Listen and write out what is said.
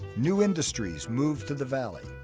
new industries moved to the valley.